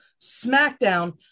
SmackDown